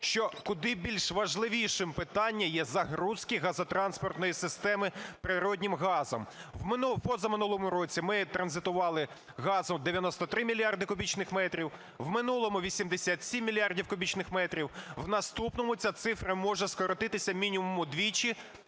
що куди більш важливішим є питання загрузки газотранспортної системи природним газом. В позаминулому році ми транзитували газу 93 мільярди кубічних метрів, в минулому 87 мільярдів кубічних метрів, в наступному ця цифра може скоротитися мінімум вдвічі,